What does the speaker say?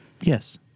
Yes